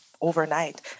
overnight